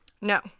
No